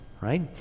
right